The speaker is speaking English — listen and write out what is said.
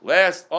Last